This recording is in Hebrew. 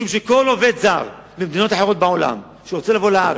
משום שכל עובד זר ממדינות אחרות בעולם שרוצה לבוא לארץ,